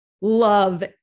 love